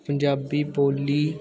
ਪੰਜਾਬੀ ਬੋਲੀ